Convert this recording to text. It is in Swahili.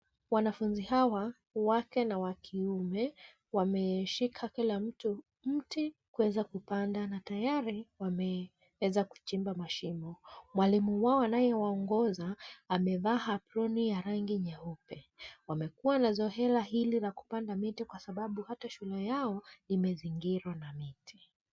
Wanafunzi hawa wake na wakiume wameshika kila mtu mti kuweza kupanda na tayari wameweza kuchimba mashimo. Mwalimu wa anayewaongoza, amevaa aproni ya rangi nyeupe. Wamekua na zoea hili la kupanda miti kwa sababu hata shule yao imezingirwa na miti.